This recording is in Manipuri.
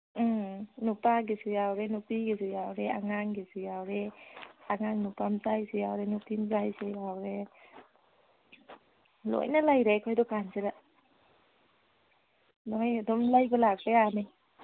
ꯎꯝ ꯅꯨꯄꯥꯒꯤꯁꯨ ꯌꯥꯎꯔꯦ ꯅꯨꯄꯤꯒꯤꯁꯨ ꯌꯥꯎꯔꯦ ꯑꯉꯥꯡꯒꯤꯁꯨ ꯌꯥꯎꯔꯦ ꯑꯉꯥꯡ ꯅꯨꯄꯥꯃꯆꯥꯒꯤꯁꯨ ꯌꯥꯎꯔꯦ ꯅꯨꯄꯤꯃꯆꯥꯒꯤꯁꯨ ꯌꯥꯎꯔꯦ ꯂꯣꯏꯅ ꯂꯩꯔꯦ ꯑꯩꯈꯣꯏ ꯗꯨꯀꯥꯟꯁꯤꯗ ꯅꯣꯏ ꯑꯗꯨꯝ ꯂꯩꯕ ꯂꯥꯛꯄ ꯌꯥꯅꯤ